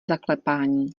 zaklepání